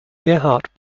gerhard